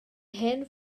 hen